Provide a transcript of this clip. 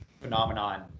phenomenon